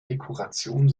dekoration